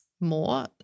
more